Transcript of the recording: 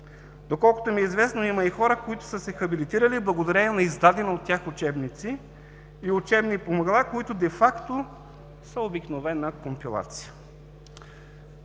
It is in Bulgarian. Доколкото ми е известно има и хора, които са се хабилитирали благодарение на издаден от тях учебници и учебни помагала, които дефакто са обикновена компилация.